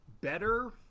better